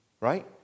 right